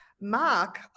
Mark